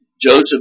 Joseph